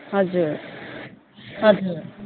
हजुर हजुर